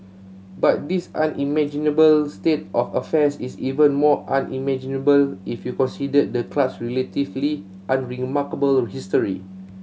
but this unimaginable state of affairs is even more unimaginable if you considered the club's relatively unremarkable history